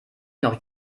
noch